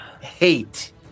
hate